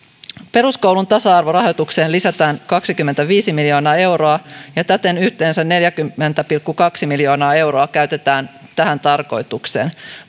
peruskoulun tasa arvorahoitukseen lisätään kaksikymmentäviisi miljoonaa euroa ja täten yhteensä neljäkymmentä pilkku kaksi miljoonaa euroa käytetään tähän tarkoitukseen